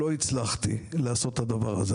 לא הצלחתי לעשות את הדבר הזה.